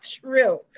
True